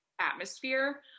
atmosphere